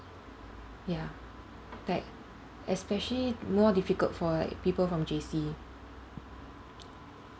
ya like especially more difficult for like people from J_C